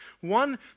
One